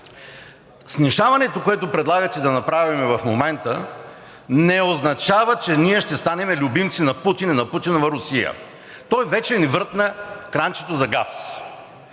Снишаването, което предлагате да направим в момента, не означава, че ние ще станем любимци на Путин и на Путинова Русия! Той вече ни врътна кранчето за газ.